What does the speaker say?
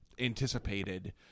anticipated